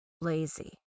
lazy